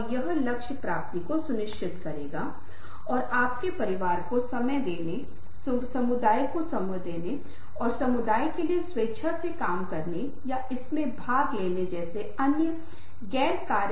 प्रवाह महत्वपूर्ण है कि यह प्रवाह होना चाहिए यह एक लय होना चाहिए सब कुछ बाकी सब से जुड़ा होना चाहिए प्रभाव और रोकथाम एक दूसरे से जुड़ा होना चाहिए मैं कारणों को कैसे जोड़ूंगा ताकि हम इसे रोक सकें